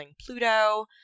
Pluto